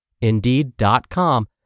Indeed.com